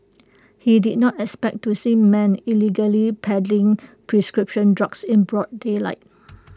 he did not expect to see men illegally peddling prescription drugs in broad daylight